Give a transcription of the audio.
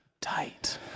tight